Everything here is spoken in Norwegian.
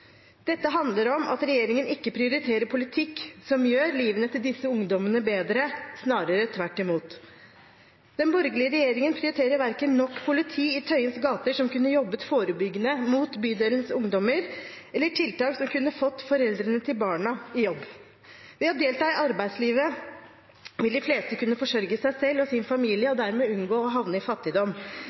Dette handler om at regjeringen ikke prioriterer politikk som gjør livene til disse ungdommene bedre – snarere tvert imot. Den borgerlige regjeringen prioriterer verken nok politi i Tøyens gater, som kunne jobbet forebyggende mot bydelens ungdommer, eller tiltak som kunne fått foreldrene til barna i jobb. Ved å delta i arbeidslivet vil de fleste kunne forsørge seg selv og sin familie og dermed unngå å havne i fattigdom.